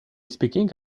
speaking